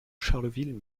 charleville